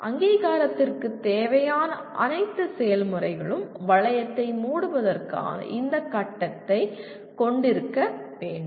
அங்கீகாரத்திற்குத் தேவையான அனைத்து செயல்முறைகளும் வளையத்தை மூடுவதற்கான இந்த கட்டத்தைக் கொண்டிருக்க வேண்டும்